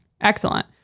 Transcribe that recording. Excellent